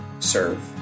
Serve